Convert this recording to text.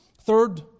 Third